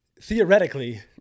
theoretically